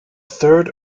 third